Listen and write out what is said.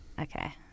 Okay